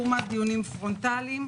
לעומת דיונים פרונטליים.